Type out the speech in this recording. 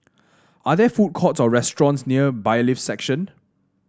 are there food courts or restaurants near Bailiffs' Section